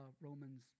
Romans